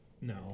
no